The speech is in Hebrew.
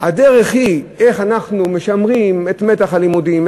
הדרך היא איך אנחנו משמרים את מתח הלימודים,